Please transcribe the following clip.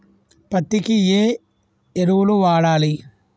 పత్తి కి ఏ ఎరువులు వాడాలి?